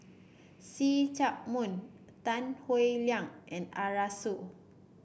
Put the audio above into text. See Chak Mun Tan Howe Liang and Arasu